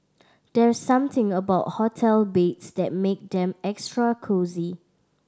there's something about hotel beds that make them extra cosy